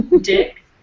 dick